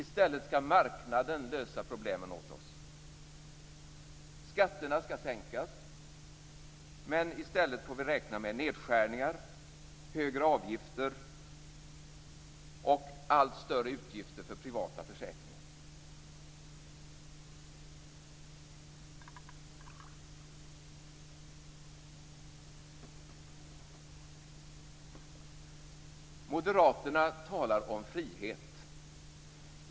I stället skall marknaden lösa problemen åt oss. Skatterna skall sänkas, men i stället får vi räkna med nedskärningar, högre avgifter och allt större utgifter för privata försäkringar. Moderaterna talar om frihet.